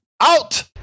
Out